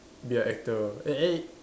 be an actor eh eh